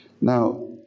Now